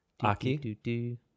Aki